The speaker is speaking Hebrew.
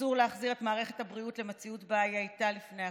אסור להחזיר את מערכת הבריאות למציאות שבה היא הייתה לפני הקורונה.